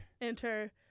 enter